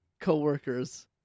coworkers